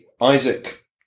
Isaac